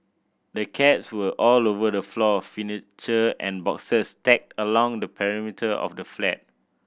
the cats were all over the floor furniture and boxes stacked along the perimeter of the flat